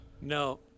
No